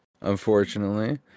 unfortunately